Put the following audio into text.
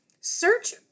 search